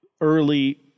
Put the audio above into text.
early